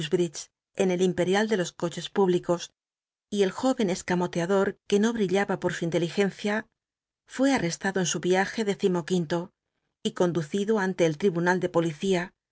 en el impc ial de los coches públicos y el jóven escamoteador que no brillaba por su inteligencia fué arrestado en su viaje décimo quinto y conducido ante el tribunal de policía